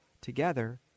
together